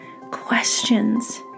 questions